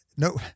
No